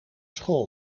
school